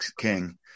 king